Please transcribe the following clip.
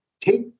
take